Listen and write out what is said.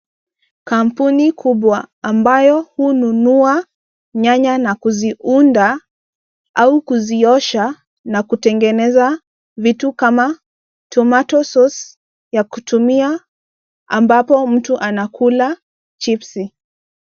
Kampuni kubwa ambayo hununua nyanya na kuziunda au kuziosha na kutengeneza vitu kama tomato sauce ya kutumia ambapo mtu anakula chipsi.